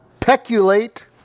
peculate